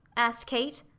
asked kate.